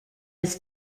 his